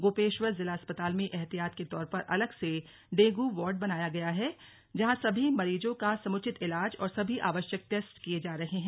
गोपेश्वर जिला अस्पताल में एहतियात के तौर पर अलग से डेंगू वार्ड बनाया गया है जहां सभी मरीजों का समुचित ईलाज और सभी आवश्यक टेस्ट किये जा रहे हैं